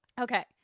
Okay